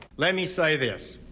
let me say this.